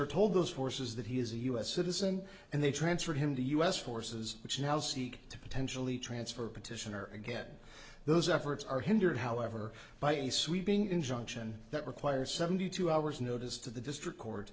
er told those forces that he is a u s citizen and they transferred him to u s forces which now seek to potentially transfer petitioner again those efforts are hindered however by a sweeping injunction that requires seventy two hours notice to the district court